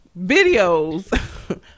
videos